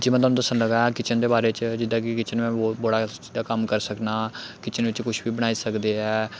जि'यां में थआनूं दस्सन लगा किचन दे बारे च जि'यां कि किचन च में बोह्त बड़ा कम्म करी सकना किचन बिच्च कुछ बी बनाई सकदे ऐ